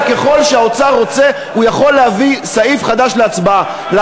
כי ככל שהאוצר רוצה הוא יכול להביא סעיף חדש להצבעה.